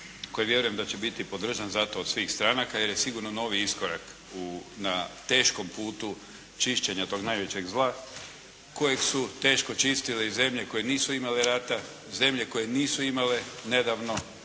koji vjerujem da će biti podržan zato od svih stranaka jer je sigurno novi iskorak u, na teškom putu čišćenja tog najvećeg zla kojeg su teško čistile i zemlje koje nisu imale rata, zemlje koje nisu imale nedavno